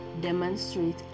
demonstrate